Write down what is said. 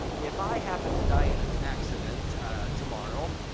if i happen to die in an accident tomorrow,